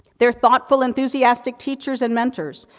they're thoughtful, enthusiastic teachers and mentors,